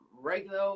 regular